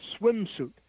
swimsuit